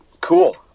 cool